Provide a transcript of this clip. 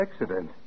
accident